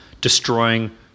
destroying